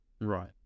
Right